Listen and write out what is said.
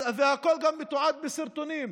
והכול גם מתועד בסרטונים,